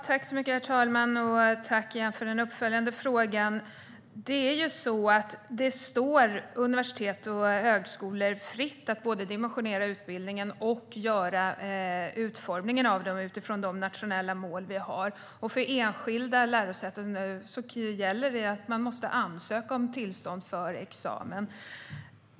Herr talman! Tack för den uppföljande frågan! Det är ju så att det står universitet och högskolor fritt att både dimensionera utbildningen och göra utformningen av den utifrån de nationella mål vi har. För enskilda lärosäten gäller det att man måste ansöka om tillstånd för examen.